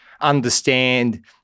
understand